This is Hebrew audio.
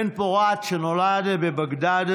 בן-פורת נולד בבגדד,